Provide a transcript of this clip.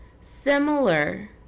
similar